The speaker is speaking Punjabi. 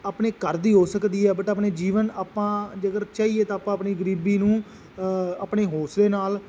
ਆਪਣੇ ਘਰ ਦੀ ਹੋ ਸਕਦੀ ਹੈ ਬਟ ਆਪਣੇ ਜੀਵਨ ਆਪਾਂ ਜੇਕਰ ਚਾਹੀਏ ਤਾਂ ਆਪਾਂ ਆਪਣੀ ਗਰੀਬੀ ਨੂੰ ਆਪਣੇ ਹੌਸਲੇ ਨਾਲ